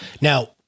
Now